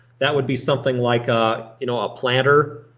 that would be something like a you know ah planter,